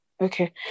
Okay